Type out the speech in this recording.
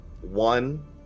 One